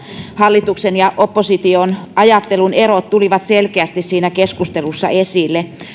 hallituksen ja opposition ajattelun erot tulivat selkeästi siinä keskustelussa esille